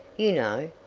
you know.